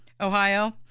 Ohio